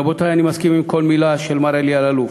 רבותי, אני מסכים לכל מילה של מר אלי אלאלוף,